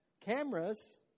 cameras